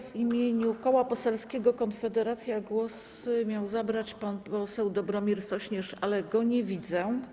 W imieniu Koła Poselskiego Konfederacja głos miał zabrać pan poseł Dobromir Sośnierz, ale go nie widzę.